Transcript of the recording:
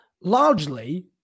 largely